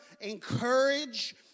Encourage